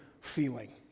feeling